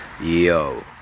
Yo